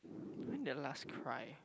when did I last cry